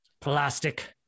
plastic